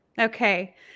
Okay